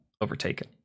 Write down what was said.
overtaken